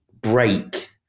break